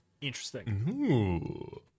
Interesting